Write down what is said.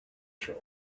show